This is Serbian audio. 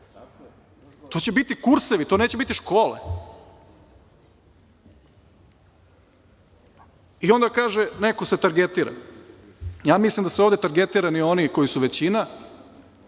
To će biti kursevi. To neće biti škole. I onda kaže – neko se targetira. Ja mislim da su ovde targetirani oni koji su većina,